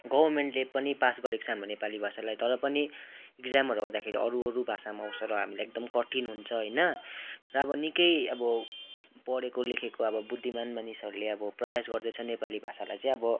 गभर्मेन्टले पनि पास गरेको छ हाम्रो नेपाली भाषालाई तर पनि इक्जामहरू आउँदाखेरि अरू अरू भाषामा आउँछ र हामीलाई एकदम कठिन हुन्छ होइन र अब निक्कै अब पढेको लेखेको अब बुद्धिमान मानिसहरूले आबो प्रयास गर्दैछ नेपाली भाषालाई चाहिँ अब